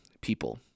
people